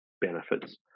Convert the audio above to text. benefits